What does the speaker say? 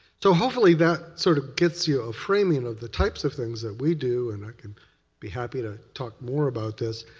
so hopefully, that sort of gets you a framing of the types of things that we do. and i can be happy to talk more about this.